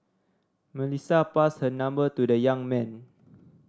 Melissa passed her number to the young man